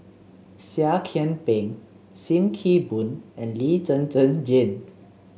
Seah Kian Peng Sim Kee Boon and Lee Zhen Zhen Jane